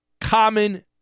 common